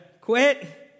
quit